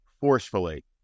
forcefully